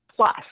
Plus